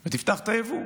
מחדש ותפתח את היבוא.